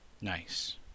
Nice